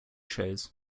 shows